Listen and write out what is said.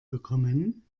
bekommen